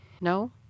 No